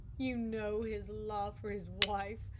you know his love for his wife.